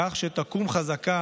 כך שתקום חזקה